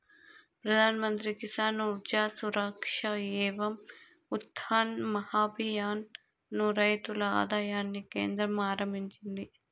ప్రధాన్ మంత్రి కిసాన్ ఊర్జా సురక్ష ఏవం ఉత్థాన్ మహాభియాన్ ను రైతుల ఆదాయాన్ని కేంద్రం ఆరంభించింది